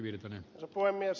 arvoisa puhemies